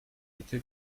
ecke